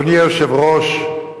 אדוני היושב-ראש,